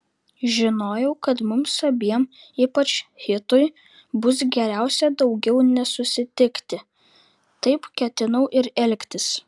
žinojau kad mums abiem ypač hitui bus geriausia daugiau nesusitikti taip ketinau ir elgtis